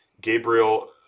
Gabriel